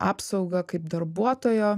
apsauga kaip darbuotojo